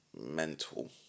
mental